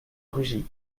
rugy